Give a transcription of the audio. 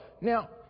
now